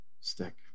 stick